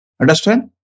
Understand